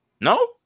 No